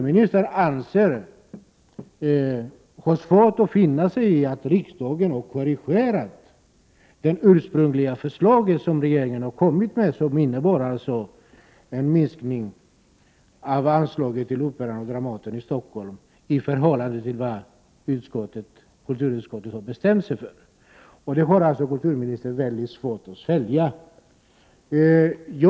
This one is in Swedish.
Han har fått finna sig i att riksdagen har korrigerat det ursprungliga förslaget från regeringen, vilket innebar ett mindre anslag till Operan och Dramaten i Stockholm än vad kulturutskottet har bestämt sig för att förorda. Kulturministern har mycket svårt att svälja detta.